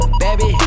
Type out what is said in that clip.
baby